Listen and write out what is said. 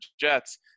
Jets